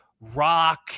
rock